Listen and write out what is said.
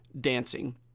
dancing